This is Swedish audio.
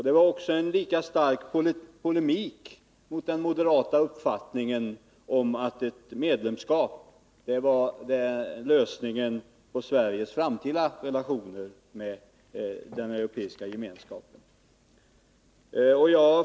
Det var också en lika stark polemik mot den moderata uppfattningen om att ett medlemskap skulle vara lösningen på Sveriges framtida relationer med den Europeiska gemenskapen.